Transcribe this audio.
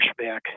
pushback